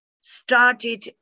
started